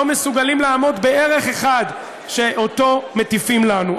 לא מסוגלים לעמוד בערך אחד שעליו מטיפים לנו.